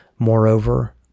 Moreover